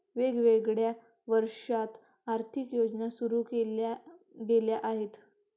वेगवेगळ्या वर्षांत आर्थिक योजना सुरू केल्या गेल्या आहेत